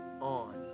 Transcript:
on